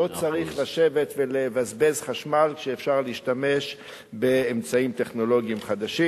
לא צריך לשבת ולבזבז חשמל כשאפשר להשתמש באמצעים טכנולוגיים חדשים.